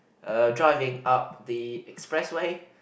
uh driving up the expressway